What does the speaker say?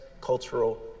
cultural